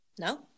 No